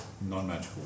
Non-magical